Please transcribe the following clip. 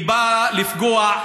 נועדה לפגוע,